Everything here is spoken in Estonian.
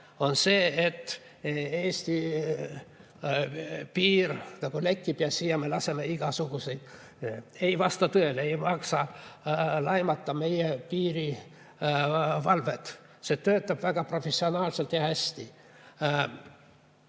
on see, et Eesti piir lekib ja me laseme siia igasuguseid. Ei vasta tõele, ei maksa laimata meie piirivalvet. See töötab väga professionaalselt ja hästi.